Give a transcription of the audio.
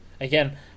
Again